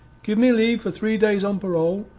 give me leave for three days on parole,